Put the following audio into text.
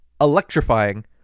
electrifying